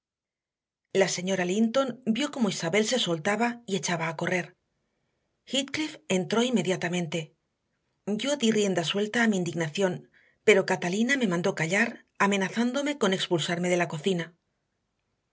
la señora linton vio cómo isabel se soltaba y echaba a correr heathcliff entró inmediatamente yo di rienda suelta a mi indignación pero catalina me mandó callar amenazándome con expulsarme de la cocina